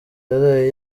yaraye